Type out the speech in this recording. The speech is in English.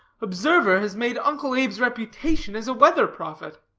observer has made uncle abe's reputation as a weather prophet.